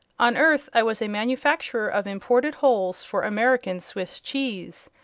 on earth i was a manufacturer of imported holes for american swiss cheese,